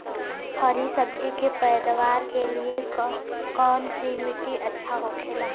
हरी सब्जी के पैदावार के लिए कौन सी मिट्टी अच्छा होखेला?